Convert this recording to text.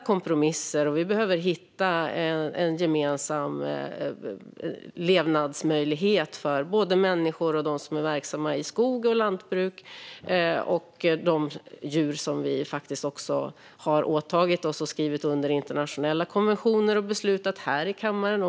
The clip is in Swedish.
Här behöver vi hitta kompromisser och gemensamma levnadsmöjligheter för boende och andra som är verksamma i skogs och lantbruk och de djur som vi faktiskt också har åtagit oss att skydda genom att skriva under internationella konventioner och ta beslut här i kammaren.